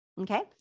Okay